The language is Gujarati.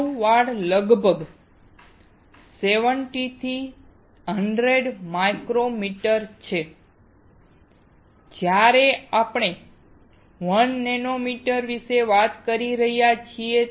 માનવ વાળ લગભગ 70 થી 100 માઇક્રોમીટર છે જ્યારે આપણે 1 નેનોમીટર વિશે વાત કરી રહ્યા છીએ